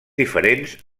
diferents